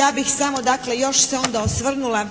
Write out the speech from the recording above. Ja bih samo dakle još se onda osvrnula